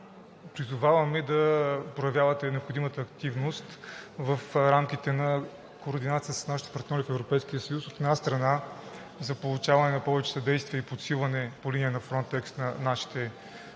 призоваваме да проявявате необходимата активност в рамките на координация с нашите партньори в Европейския съюз, от една страна, за получаване на повече съдействие и подсилване по линия на Frontex на нашите